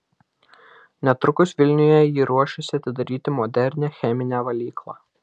netrukus vilniuje ji ruošiasi atidaryti modernią cheminę valyklą